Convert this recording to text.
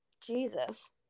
Jesus